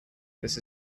this